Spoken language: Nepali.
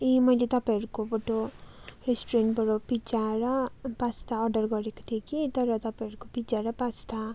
ए मैले तपाईँहरूकोबाट रेस्टुरेन्टबाट पिज्जा र पास्ता अर्डर गरेको थिएँ कि तर तपाईँहरूको पिज्जा र पास्ता